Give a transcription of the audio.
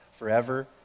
forever